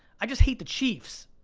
i just hate the chiefs.